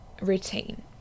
routine